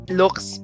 looks